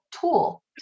tool